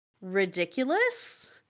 ridiculous